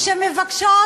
שמבקשות